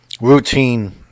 routine